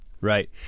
Right